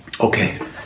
Okay